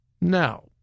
Now